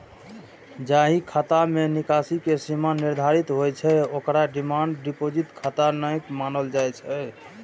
जाहि खाता मे निकासी के सीमा निर्धारित होइ छै, ओकरा डिमांड डिपोजिट खाता नै मानल जाइ छै